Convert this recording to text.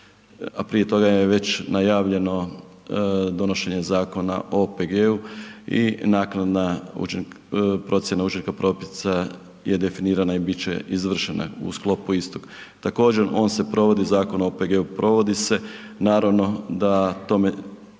prije toga je već najavljeno donošenje Zakona o OPG-u i naknadna procjena učinka propisa je definirana i bit će izvršena u sklopu istog. Također, on se provodi, Zakon o OPG-u provodi se, naravno da tome